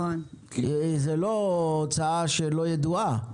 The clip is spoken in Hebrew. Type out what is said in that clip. זו לא הוצאה שהיא לא ידועה,